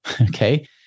okay